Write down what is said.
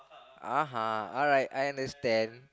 uh alright I understand